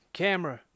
camera